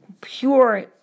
pure